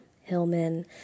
Hillman